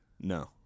No